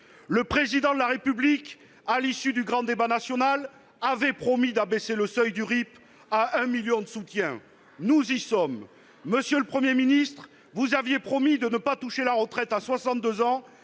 Le Président de la République, à l'issue du grand débat national, avait promis d'abaisser le seuil du RIP à un million de soutiens. Nous y sommes ! Monsieur le Premier ministre, vous aviez promis de ne pas toucher à la retraite à 62 ans